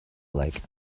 like